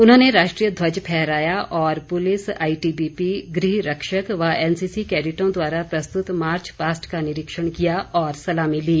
उन्होंने राष्ट्रीय ध्वज फहराया और पुलिस आईटीबीपी गृह रक्षक व एनसीसी कैडिटों द्वारा प्रस्तुत मार्च पास्ट का निरीक्षण किया और सलामी ली